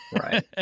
Right